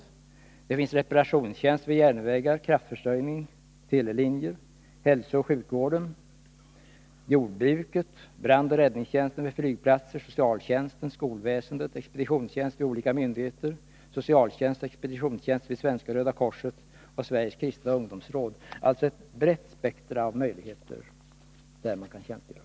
Andra alternativ är reparationstjänst vid järnvägar, kraftförsörjning, telelinjer, tjänstgöring inom hälsooch sjukvården, jordbruket, brandoch räddningstjänsten vid flygplatser, inom socialtjänsten och skolväsendet, liksom expeditionstjänst vid olika myndigheter eller socialtjänst och expeditionstjänst vid Svenska röda korset eller Sveriges kristna ungdomsråd. Det finns alltså ett brett spektrum av tjänstgöringsalternativ.